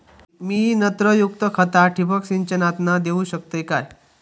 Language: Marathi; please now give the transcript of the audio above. मी नत्रयुक्त खता ठिबक सिंचनातना देऊ शकतय काय?